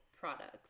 products